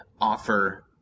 offer